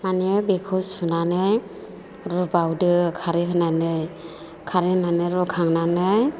माने बेखौ सुनानै रुबावदो खारै होनानै खारै होनानै रुखांनानै